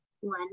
one